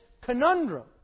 conundrum